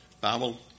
Bible